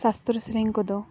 ᱥᱟᱥᱛᱨᱚ ᱥᱮᱨᱮᱧ ᱠᱚᱫᱚ